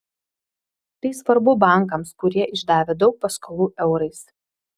tai svarbu bankams kurie išdavę daug paskolų eurais